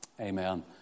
Amen